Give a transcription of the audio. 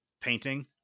painting